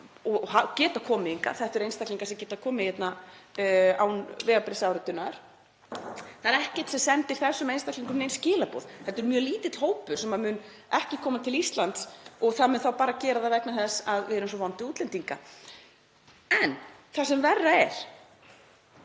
og geta komið hingað, þetta eru einstaklingar sem geta komið hingað án vegabréfsáritunar. Það er ekkert sem sendir þessum einstaklingum nein skilaboð. Þetta er mjög lítill hópur sem mun ekki koma til Íslands og það verður þá bara vegna þess að við erum svo vond við útlendinga. En það sem verra er: